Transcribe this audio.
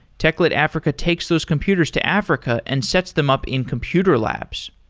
techlit africa takes those computers to africa and sets them up in computer labs.